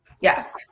Yes